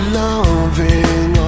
loving